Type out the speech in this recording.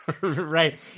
Right